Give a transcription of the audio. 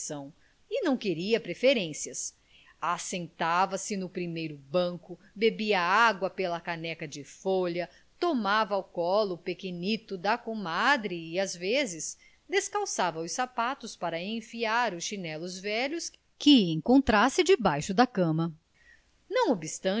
e não queria preferências assentava se no primeiro banco bebia água pela caneca de folha tomava ao colo o pequenito da comadre e às vezes descalçava os sapatos para enfiar os chinelos velhos que encontrasse debaixo da cama não